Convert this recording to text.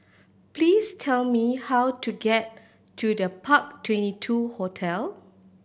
please tell me how to get to The Park Twenty two Hotel